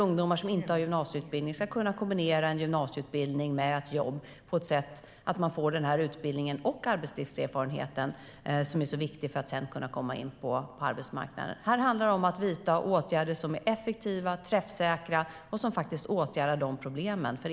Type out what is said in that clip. Ungdomar som inte har gymnasieutbildning ska kunna kombinera en sådan utbildning med ett jobb på så sätt att de får den utbildning och den arbetslivserfarenhet som är så viktig för att de sedan ska kunna komma in på arbetsmarknaden. Här handlar det om att vidta åtgärder som är effektiva, träffsäkra och som åtgärdar problemen.